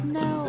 no